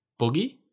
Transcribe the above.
Boogie